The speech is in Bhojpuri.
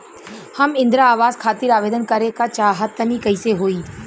हम इंद्रा आवास खातिर आवेदन करे क चाहऽ तनि कइसे होई?